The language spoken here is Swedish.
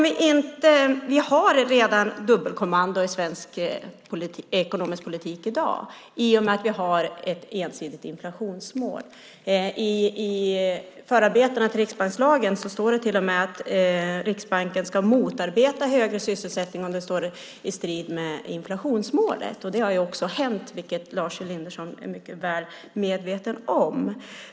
Vi har redan dubbelkommando i svensk ekonomisk politik i dag i och med att vi har ett ensidigt inflationsmål. I förarbetena till riksbankslagen står det till och med att Riksbanken ska motarbeta högre sysselsättning om den står i strid med inflationsmålet. Det har också hänt, vilket Lars Elinderson är mycket väl medveten om.